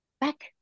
back